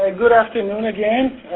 ah good afternoon, again.